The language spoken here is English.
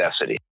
necessity